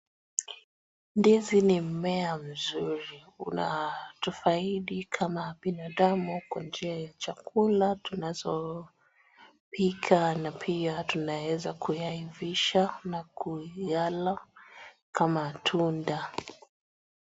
Ndizi ni mmea mzuri kuna tufaidi kama binadamu kwa njia ya chakula tunazopika na pia tunaweza kuyaivisha na kuyala kama tunda.